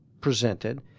presented